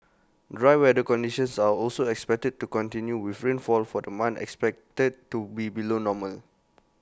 dry weather conditions are also expected to continue with rainfall for the month expected to be below normal